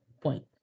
point